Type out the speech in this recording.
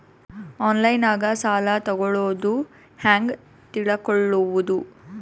ಆನ್ಲೈನಾಗ ಸಾಲ ತಗೊಳ್ಳೋದು ಹ್ಯಾಂಗ್ ತಿಳಕೊಳ್ಳುವುದು?